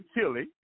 chili